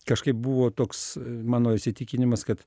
kažkaip buvo toks mano įsitikinimas kad